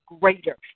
greater